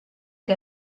que